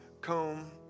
comb